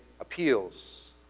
appeals